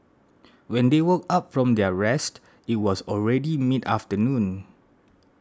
when they woke up from their rest it was already mid afternoon